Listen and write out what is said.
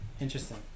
Interesting